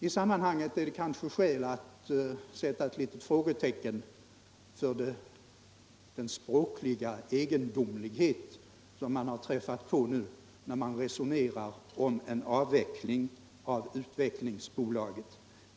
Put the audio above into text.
I sammanhanget är det kanske skäl att sätta ett frågetecken för den språkliga egendomlighet som man träffar på i resonemanget om avveckling av Svenska Utvecklingsaktiebolaget.